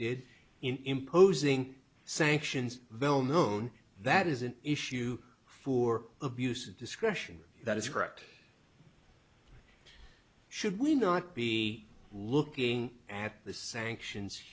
imposing sanctions well known that is an issue for abuse of discretion that is correct should we not be looking at the sanctions